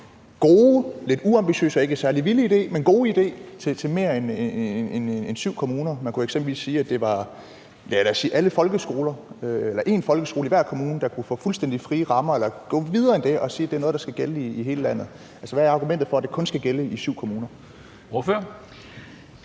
gode, lidt uambitiøse og ikke særlig vilde idé, men gode idé, til mere end syv kommuner? Man kunne eksempelvis sige, at det var, ja, lad os sige alle folkeskoler eller en folkeskole i hver kommune, der kunne få fuldstændig frie rammer, eller gå videre end det og sige, at det er noget, der skal gælde i hele landet. Altså, hvad er argumentet for, at det kun skal gælde i syv kommuner? Kl.